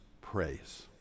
praise